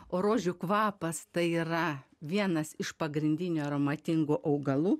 o rožių kvapas tai yra vienas iš pagrindinių aromatingų augalų